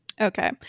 Okay